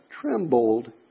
trembled